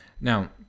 Now